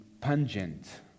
pungent